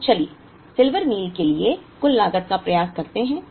तो चलिए silver meal के लिए कुल लागत का प्रयास करते हैं